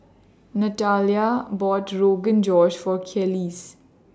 Natalya bought Rogan Josh For Kelis